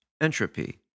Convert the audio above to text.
entropy